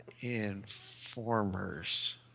Informers